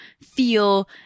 feel